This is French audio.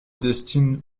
destine